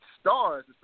stars